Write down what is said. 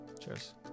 Cheers